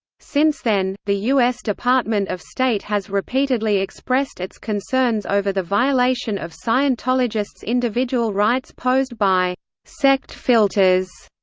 since then, the u s. department of state has repeatedly expressed its concerns over the violation of scientologists' individual rights posed by sect filters,